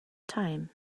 time